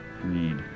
Read